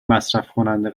مصرفکننده